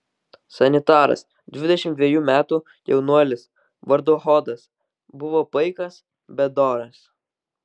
sanitaras dvidešimt dvejų metų jaunuolis vardu hodas buvo paikas bet doras